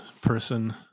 person